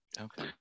Okay